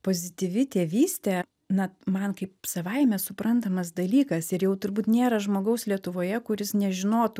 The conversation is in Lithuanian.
pozityvi tėvystė na man kaip savaime suprantamas dalykas ir jau turbūt nėra žmogaus lietuvoje kuris nežinotų